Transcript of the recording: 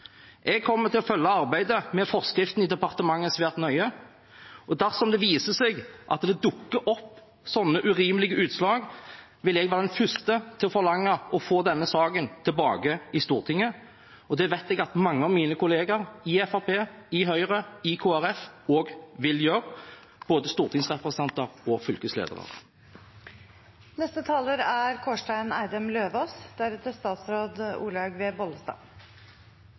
Jeg kommer til å følge arbeidet med forskriften i departementet svært nøye, og dersom det viser seg at det dukker opp sånne urimelige utslag, vil jeg være den første til å forlange å få denne saken tilbake i Stortinget. Det vet jeg at mange av mine kolleger i Fremskrittspartiet, Høyre og Kristelig Folkeparti også vil gjøre, både stortingsrepresentanter og